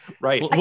Right